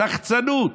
בשחצנות.